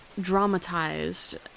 dramatized